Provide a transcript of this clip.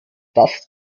das